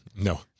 No